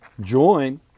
join